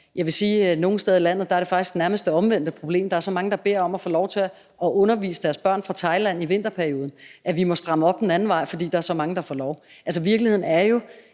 af barnet. Nogle steder i landet er det faktisk nærmest det omvendte problem; der er så mange forældre, der beder om at få lov til at undervise deres børn fra Thailand i vinterperioden, at vi må stramme op den anden vej, fordi der er så mange, der får lov.